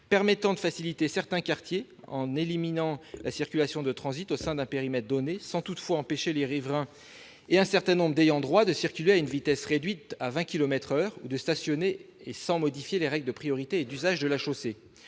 permettrait de pacifier certains quartiers en éliminant la circulation de transit au sein d'un périmètre donné, sans toutefois empêcher les riverains et un certain nombre d'ayants droit de circuler à une vitesse réduite à 20 kilomètres par heure ou de stationner, sans modifier les règles de priorité et d'usage de la chaussée.